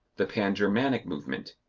the pan-germanic movement,